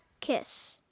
Kiss